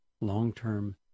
long-term